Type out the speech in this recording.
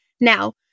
Now